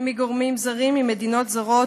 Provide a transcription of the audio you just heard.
מגורמים זרים, ממדינות זרות,